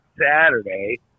Saturday